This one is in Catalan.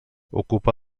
ocupa